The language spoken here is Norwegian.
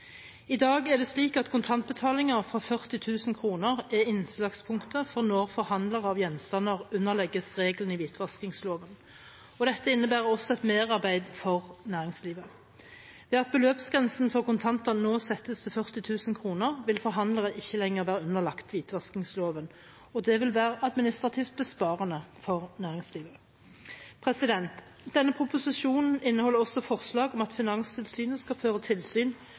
I dag er det slik at kontantbetalinger fra 40 000 kr er innslagspunktet for når forhandlere av gjenstander underlegges reglene i hvitvaskingsloven. Dette innebærer også et merarbeid for næringslivet. Ved at beløpsgrensen for kontanter nå settes til 40 000 kr, vil forhandlerne ikke lenger være underlagt hvitvaskingsloven. Det vil være administrativt besparende for næringslivet. Denne proposisjonen inneholder også forslag om at Finanstilsynet skal føre tilsyn